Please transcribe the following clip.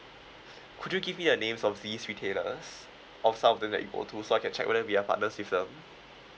could you give me the names of these retailers of some of them that you go to so I can check whether we are partners with them